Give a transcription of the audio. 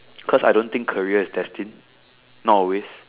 cause I don't think career is destined not always